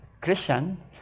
Christian